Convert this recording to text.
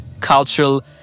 cultural